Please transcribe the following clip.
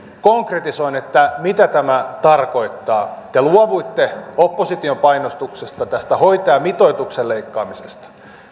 konkretisoin että mitä tämä tarkoittaa te luovuitte opposition painostuksesta tästä hoitajamitoituksen leikkaamisesta